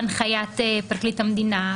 להנחיית פרקליט המדינה,